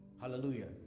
Hallelujah